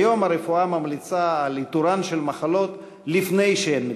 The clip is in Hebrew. כיום הרפואה ממליצה על איתורן של מחלות לפני שהן מתפרצות: